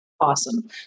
Awesome